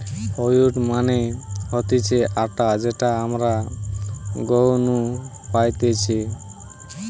wheat মানে হতিছে আটা যেটা আমরা গেহু নু পাইতেছে